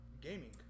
gaming